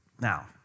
Now